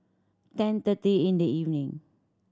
ten thirty in the evening